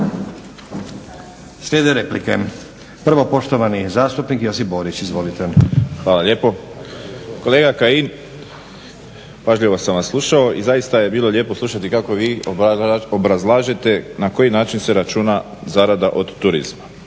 Slijede replike. Prvo poštovani zastupnik Josip Borić. **Borić, Josip (HDZ)** Hvala lijepo. Kolega Kajin pažljivo sam vas slušao i zaista je bilo lijepo slušati kako vi obrazlažete na koji način se računa zarada od turizma.